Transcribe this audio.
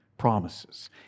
Promises